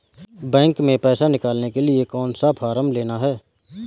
Bank में पैसा निकालने के लिए कौन सा फॉर्म लेना है?